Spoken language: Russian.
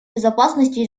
безопасности